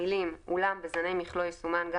המילים "אולם בזני מכלוא יסומן גם